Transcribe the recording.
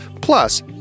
Plus